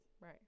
Right